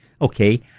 Okay